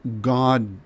God